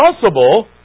possible